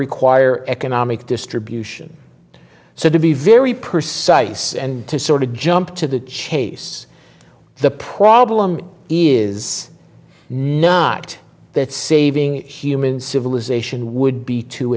require economic distribution so to be very precise and to sort of jump to the chase the problem is not that saving human civilization would be too